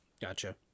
Gotcha